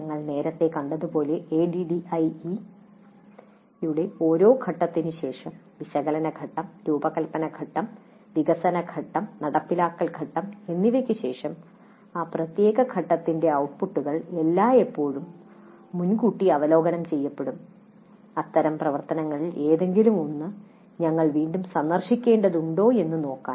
ഞങ്ങൾ നേരത്തെ കണ്ടതുപോലെ ADDIE യുടെ ഓരോ ഘട്ടത്തിനു ശേഷം വിശകലന ഘട്ടം രൂപകൽപ്പന ഘട്ടം വികസന ഘട്ടം നടപ്പിലാക്കൽ ഘട്ടം എന്നിവയ്ക്ക് ശേഷം ആ പ്രത്യേക ഘട്ടത്തിന്റെ ഔട്ട്പുട്ടുകൾ എല്ലായ്പ്പോഴും മുൻകൂട്ടി അവലോകനം ചെയ്യപ്പെടും അത്തരം പ്രവർത്തനങ്ങളിൽ ഏതെങ്കിലും ഒന്ന് ഞങ്ങൾ വീണ്ടും സന്ദർശിക്കേണ്ടതുണ്ടോ എന്ന് നോക്കാൻ